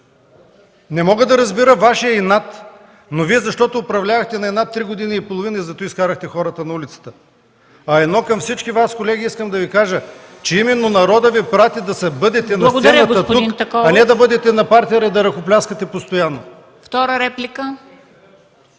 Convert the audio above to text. Не мога да разбера Вашия инат. Защото управлявахте на инат три години и половина, изкарахте хората на улицата. Към всички Вас, колеги – искам да Ви кажа, че именно народът Ви прати да бъдете на сцената тук, а не да бъдете на партера и да ръкопляскате постоянно.